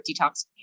detoxification